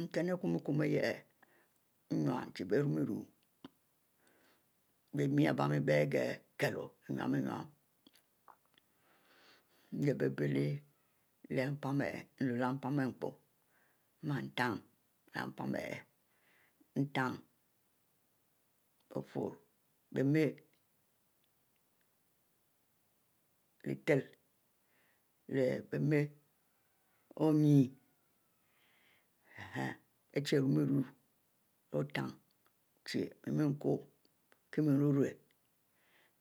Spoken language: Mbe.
Nten arikum-kumieh nyun che bie rumi ru bemi ari bie mie bie kelu nyiehbie mlu leh mpan ari por mieh ntan, ntan bie mie lehtehieh leh me onyenn arihieh bie chie ru mie ru l-urtan chie mie mie kowu kie mie yurrie,